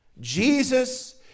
Jesus